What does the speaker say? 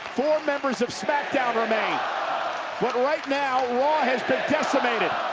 four members of smackdown remain. but right now, raw has been decimated.